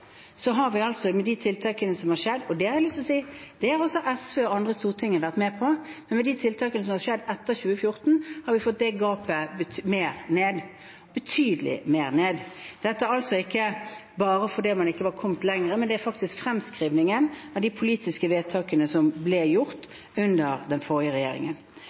Så har vi med de tiltakene som har vært gjort etter 2014 – og det har jeg lyst til å si at også SV og andre i Stortinget har vært med på – fått minsket gapet betydelig. Dette er altså ikke bare fordi man ikke var kommet lenger, men det er faktisk fremskrivningen av de politiske vedtakene som ble gjort under den forrige regjeringen.